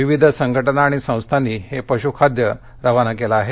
विविध संघटना आणि संस्थांनी हे पशुखाद्य रवाना केलं आहे